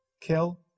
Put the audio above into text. Kill